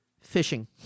fishing